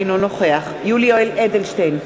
אינו נוכח יולי יואל אדלשטיין,